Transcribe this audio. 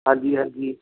ਹਾਂਜੀ ਹਾਂਜੀ